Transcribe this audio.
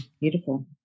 beautiful